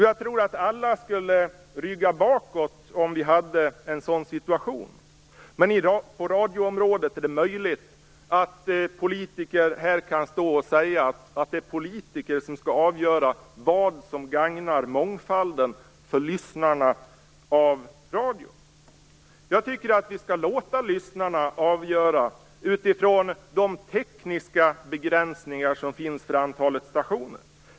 Jag tror att alla skulle rygga bakåt om vi hade en sådan situation, men på radioområdet är det möjligt att politiker säger att det är politiker som skall avgöra vad som gagnar mångfalden för radiolyssnarna. Jag tycker att vi skall låta lyssnarna avgöra med utgångspunkt i det antal stationer som tekniken tillåter.